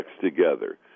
together